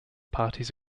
parties